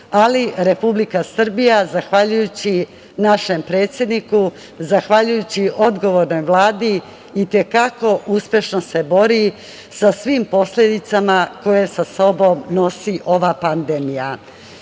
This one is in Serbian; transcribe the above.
ali Republika Srbija, zahvaljujući našem predsedniku, zahvaljujući odgovornoj Vladi i te kako uspešno se bori sa svim posledicama koje sa sobom nosi ova pandemija. Moram